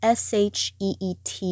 sheet